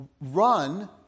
run